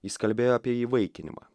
jis kalbėjo apie įvaikinimą